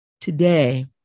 Today